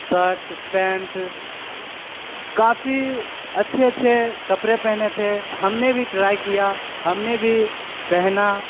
shirt pant काफी अच्छे अच्छे कपड़े पहने थे हमने भी ट्राई किया हमने भी पहना